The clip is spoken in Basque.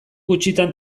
gutxitan